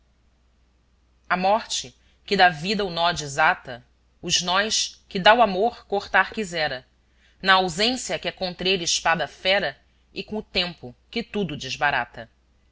a morte que da vida o nó desata os nós que dá o amor cortar quisera na ausência que é contr ele espada fera e co tempo que tudo desbarata